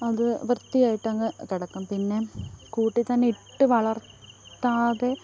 അത് വൃത്തിയായിട്ട് അങ്ങ് കിടക്കും പിന്നെ കൂട്ടിൽ തന്നെ ഇട്ട് വളർത്താതെ